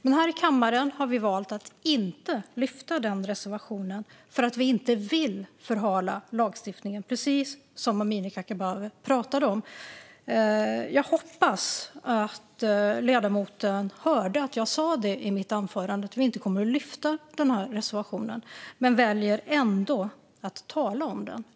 Men här i kammaren har vi valt att inte lyfta den reservationen, för vi vill inte förhala lagstiftningen, precis som Amineh Kakabaveh pratade om. Jag hoppas att ledamoten hörde att jag sa detta i mitt anförande. Vi kommer inte att lyfta reservationen men väljer ändå att tala om den.